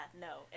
no